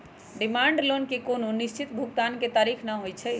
demand loan के कोनो निश्चित भुगतान के तारिख न होइ छइ